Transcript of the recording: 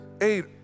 eight